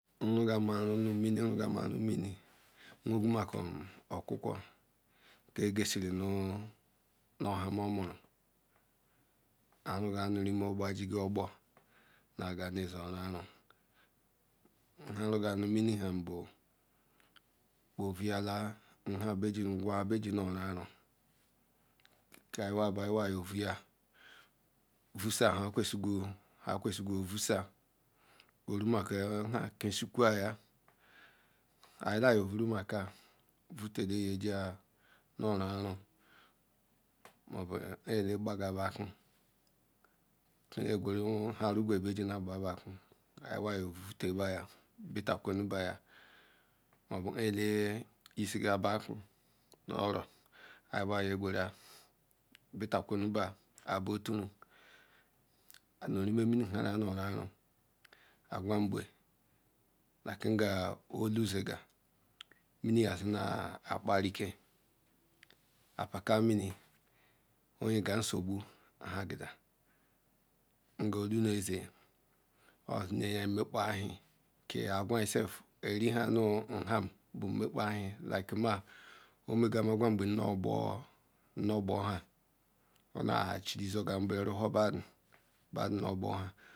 Mu irugam arum mini mu irugam arunun mini’ ma ngu maku okukwu ki ge shiri nu ola mu umuru arum ga un irene obopo ha ji ga obopo naga nesezi rune, ha orunga nu mini ham bu obu oriyala ngwa ham beji na reun ke ya wa bu yi wa yo oreya ovesha ha qwishie ovesha guru maku ham kishiku ya ehile yo ovru maku orete nde ye ji nu irum mbu le leqkwa banku tu ga guru ha rugua be ri ga na barku, yiwa yor oveta bar ya bitakulu ba ya, mbu halo gisi ga bonku nu oro yi wa ya guru ha bitakule ba ha ba turu, ha un ireme mini ham azi arune agwagbe like nege olu suga mini ya zi na atikpa rike, abaka mini yega nsobu ka gila nu ki olu nese onye yi mepkalue, ki egwi saf ori ha un ma omega egwa burule na obuha ochuluso ruhowo budu nu joham